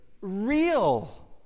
real